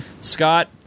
Scott